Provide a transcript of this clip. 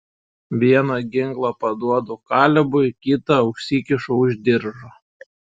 vieną ginklą paduodu kalebui kitą užsikišu už diržo